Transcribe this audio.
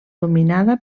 dominada